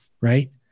Right